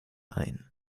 ein